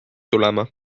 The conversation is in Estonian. tulema